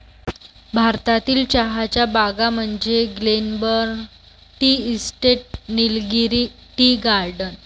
भारतातील चहाच्या बागा म्हणजे Glenburn tea estate, Nilgiri tea garden